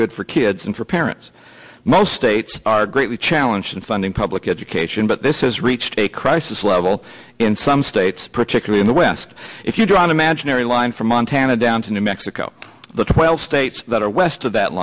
good for kids and for parents most states are greatly challenging funding public education but this has reached a crisis level in some states particularly in the west if you draw an imaginary line and from montana down to new mexico the twelve states that are west of that